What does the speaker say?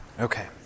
Okay